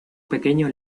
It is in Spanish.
pequeño